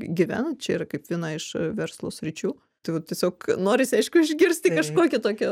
gyvena čia yra kaip viena iš verslo sričių tai vat tiesiog norisi aišku išgirsti kažkokią tokią